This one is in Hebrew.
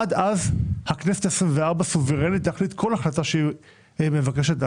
עד אז הכנסת ה-24 סוברנית להחליט כל החלטה שהיא מבקשת להחליט.